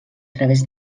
través